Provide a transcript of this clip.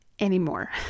Anymore